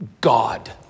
God